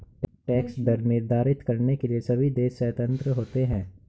tax दर निर्धारित करने के लिए सभी देश स्वतंत्र होते है